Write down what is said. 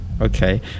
Okay